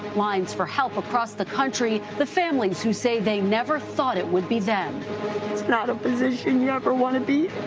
lines for help across the country. the families who say they never thought it would be them not a position you ever want to be